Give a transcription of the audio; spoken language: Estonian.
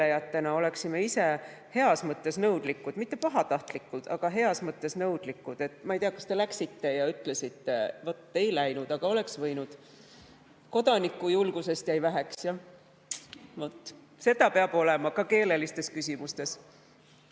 oleksime ise heas mõttes nõudlikud. Mitte pahatahtlikult, vaid heas mõttes nõudlikud. Ma ei tea, kas te läksite seal ja ütlesite [kellelegi midagi]. Ei läinud, aga oleks võinud. Kodanikujulgust jäi väheks. Seda peab olema, ka keelelistes küsimustes.